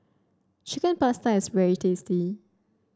Chicken Pasta is very tasty